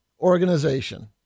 organization